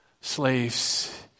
slaves